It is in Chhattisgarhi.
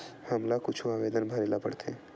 हमला कुछु आवेदन भरेला पढ़थे?